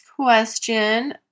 question